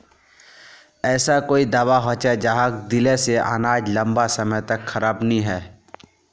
ऐसा कोई दाबा होचे जहाक दिले से अनाज लंबा समय तक खराब नी है?